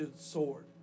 sword